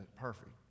perfect